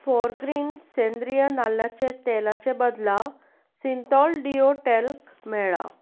Forgreen सेंद्रीय नाल्लाचे तेलाचे बदला सिंतॉल डिओ टॅल्क मेळ्ळा